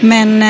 Men